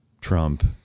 Trump